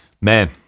Man